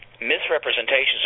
misrepresentations